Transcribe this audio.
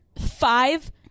five